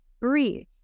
breathe